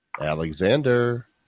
Alexander